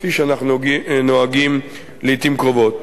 כפי שאנחנו נוהגים לעתים קרובות.